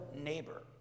neighbor